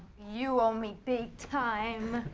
you owe me big time!